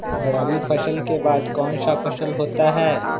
रवि फसल के बाद कौन सा फसल होता है?